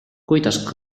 kuidas